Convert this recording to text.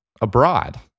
abroad